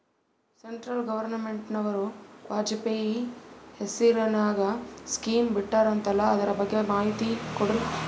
Central ಗವರ್ನಮೆಂಟನವರು ವಾಜಪೇಯಿ ಹೇಸಿರಿನಾಗ್ಯಾ scheme ಬಿಟ್ಟಾರಂತಲ್ಲ ಅದರ ಬಗ್ಗೆ ಸ್ವಲ್ಪ ಮಾಹಿತಿ ಕೊಡ್ರಿ?